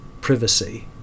privacy